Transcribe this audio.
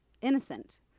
innocent